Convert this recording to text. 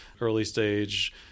early-stage